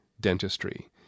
dentistry